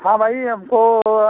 हाँ भाई हमको